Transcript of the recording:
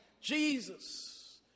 Jesus